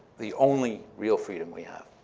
the only real freedom we have,